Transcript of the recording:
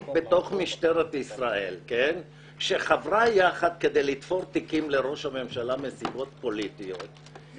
במשטרת ישראל שחברה יחד כדי לתפור תיקים לראש הממשלה מסיבות פוליטיות,